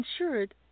insured